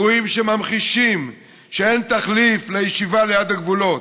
אירועים שממחישים שאין תחליף לישיבה ליד הגבולות.